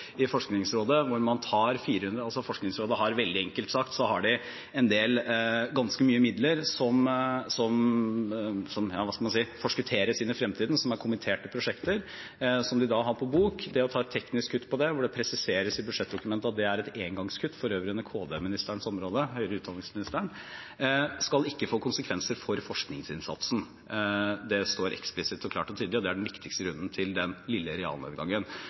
i Forskningsrådet. Forskningsrådet har, veldig enkelt sagt, ganske mye midler som, hva skal man si, forskutteres inn i fremtiden, som er kommiterte prosjekter, som de har på bok. Å ta et teknisk kutt på det, hvor det presiseres i budsjettdokumentet at det er et engangskutt – for øvrig under Kunnskapsdepartementets område, høyere utdanningsministeren – skal ikke få konsekvenser for forskningsinnsatsen. Det står eksplisitt, klart og tydelig, og det er den viktigste grunnen til den lille